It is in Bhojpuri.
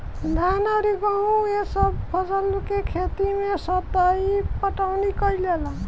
धान अउर गेंहू ए सभ फसल के खेती मे सतही पटवनी कइल जाला